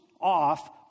off